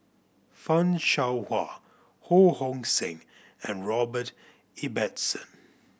Fan Shao Hua Ho Hong Sing and Robert Ibbetson